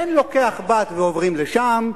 בן לוקח בת ועוברים לשם,